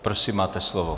Prosím, máte slovo.